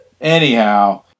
Anyhow